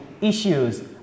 issues